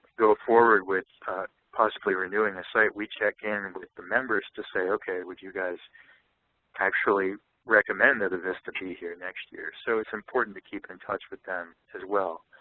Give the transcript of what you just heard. go forward with possibly renewing a site, we check and in and with the members to say, okay, would you guys actually recommend that a vista be here next year. so it's important to keep in touch with them as well.